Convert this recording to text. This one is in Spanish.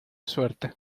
suerte